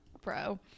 bro